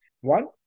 One